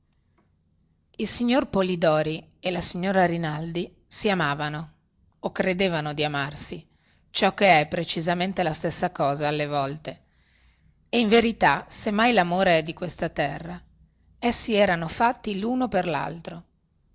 il signor polidori e la signora rinaldi si amavano o credevano di amarsi ciò che è precisamente la stessa cosa alle volte e in verità se mai lamore è di questa terra essi erano fatti luno per laltro